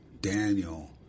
Daniel